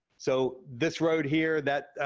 so, this road here, that